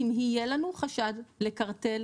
אם יהיה לנו חשד לקרטל